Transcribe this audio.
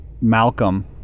Malcolm